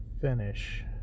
finish